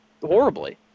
horribly